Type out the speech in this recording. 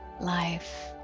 life